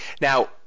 Now